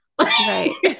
Right